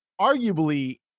arguably